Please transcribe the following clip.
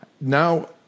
now